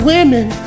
Women